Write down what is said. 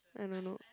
I don't know